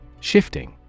Shifting